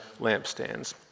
lampstands